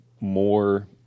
more